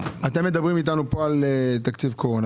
אתם מדברים איתנו פה על תקציב קורונה,